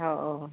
हो हो